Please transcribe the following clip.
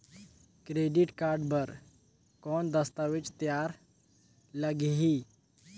Credit card बर कौन दस्तावेज तैयार लगही?